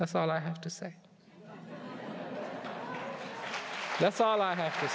that's all i have to say that's all i have